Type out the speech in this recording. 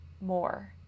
more